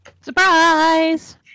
Surprise